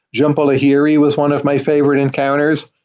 jhumpa lahiri was one of my favorite encounters.